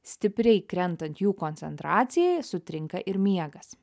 stipriai krentant jų koncentracijai sutrinka ir miegas